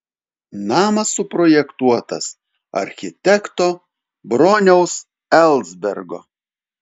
namas suprojektuotas architekto broniaus elsbergo